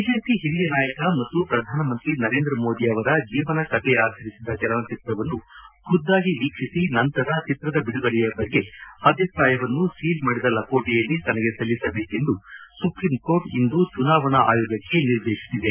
BJP ಹಿರಿಯ ನಾಯಕ ಮತ್ತು ಪ್ರಧಾನ ಮಂತ್ರಿ ನರೇಂದ್ರ ಮೋದಿ ಅವರ ಜೀವನ ಕಥೆಯಾಧಾರಿಸಿದ ಚಲನಚಿತ್ರವನ್ನು ಖುದ್ದಾಗಿ ವೀಕ್ಷಿಸಿ ನಂತರ ಚಿತ್ರದ ಬಿಡುಗಡೆಯ ಬಗ್ಗೆ ಅಭಿಪ್ರಾಯವನ್ನು ಸೀಲ್ ಮಾಡಿದ ಲಕೋಟೆಯಲ್ಲಿ ತನ್ನಗೆ ಸಲ್ಲಿಸಬೇಕೆಂದು ಸುಪ್ರೀಂಕೋರ್ಟ್ ಇಂದು ಚುನಾವಣಾ ಆಯೋಗಕ್ಕೆ ನಿರ್ದೇಶಿಸಿದೆ